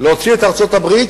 להוציא ארצות-הברית,